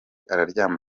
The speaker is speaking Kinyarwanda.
aryama